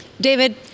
David